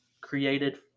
created